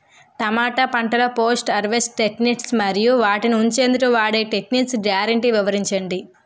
టమాటా పంటలో post harvest techniques మరియు వాటిని ఉంచెందుకు వాడే టెక్నిక్స్ గ్యారంటీ వివరించండి?